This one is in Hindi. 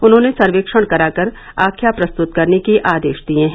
उन्होंने सर्वेक्षण कराकर आख्या प्रस्तुत करने के आदेश दिए हैं